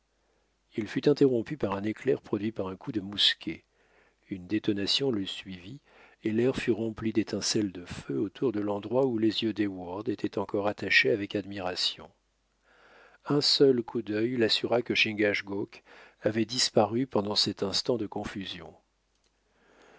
il fut interrompu par un éclair produit par un coup de mousquet une détonation le suivit et l'air fut rempli d'étincelles de feu autour de l'endroit où les yeux d'heyward étaient encore attachés avec admiration un seul coup d'œil l'assura que chingachgook avait disparu pendant cet instant de confusion